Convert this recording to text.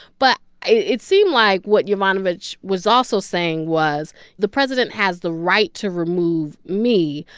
but it seems like what yovanovitch was also saying was the president has the right to remove me,